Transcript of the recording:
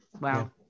Wow